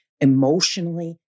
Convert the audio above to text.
emotionally